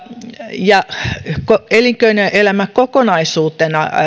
elinkeinoelämä kokonaisuutena